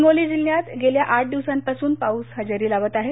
हिंगोली जिल्ह्यात गेल्या आठ दिवसांपासून पाऊस हजेरी लावत आहे